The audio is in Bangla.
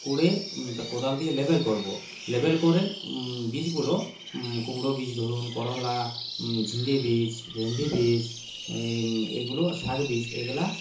খুঁড়ে কোদাল দিয়ে লেবেল করব লেবেল করে বীজগুলো কুমড়ো বীজ ধরুন করলা ঝিঙে বীজ ভেন্ডি বীজ এগুলো শাক বীজ এগুলো